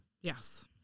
Yes